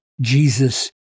Jesus